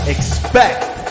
Expect